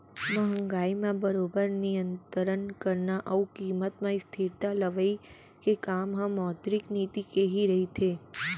महंगाई म बरोबर नियंतरन करना अउ कीमत म स्थिरता लवई के काम ह मौद्रिक नीति के ही रहिथे